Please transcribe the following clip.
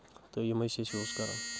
تہٕ یِمے چھِ أسۍ یوٗز کَران